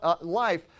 life